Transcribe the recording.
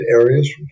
areas